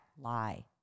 lie